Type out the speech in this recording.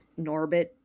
Norbit